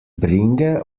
bringe